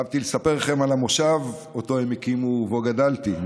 חשבתי לספר לכם על המושב שהם הקימו ובו גדלתי,